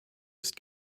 ist